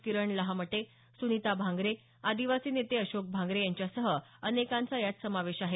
किरण लहामटे सुनीता भांगरे आदिवासी नेते अशोक भांगरे यांच्यासह अनेकांचा यात समावेश आहे